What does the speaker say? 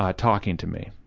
ah talking to me,